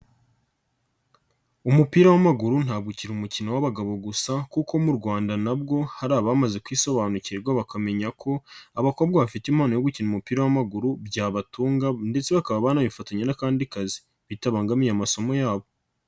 Umupira w'amaguru ntabwo ukiri umukino w'abagabo gusa kuko mu Rwanda nabwo hari abamaze kwisobanukirwa bakamenya ko abakobwa bafite impano yo gukina umupira w'amaguru byabatunga ndetse bakaba banabifatanyiya n'akandi kazi bitabangamiye amasomo yabo.